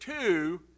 two